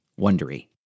Wondery